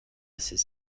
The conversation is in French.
assez